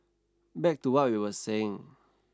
back to what we were saying